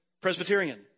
Presbyterian